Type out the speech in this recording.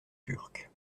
turque